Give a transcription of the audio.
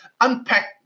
unpack